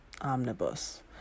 omnibus